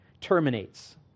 terminates